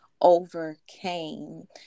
overcame